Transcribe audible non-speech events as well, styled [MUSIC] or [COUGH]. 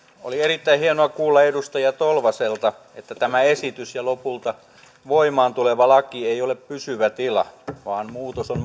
oli erittäin hienoa kuulla edustaja tolvaselta että tämä esitys ja lopulta voimaan tuleva laki ei ole pysyvä tila vaan muutos on [UNINTELLIGIBLE]